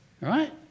Right